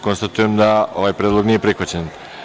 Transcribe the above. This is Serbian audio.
Konstatujem da ovaj predlog nije prihvaćen.